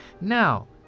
Now